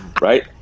right